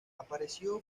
apareció